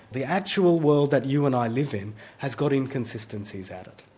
the actual world that you and i live in has got inconsistencies added.